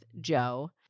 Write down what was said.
Joe